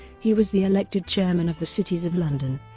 he was the elected chairman of the cities of london